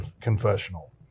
confessional